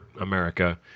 America